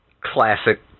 Classic